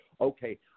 okay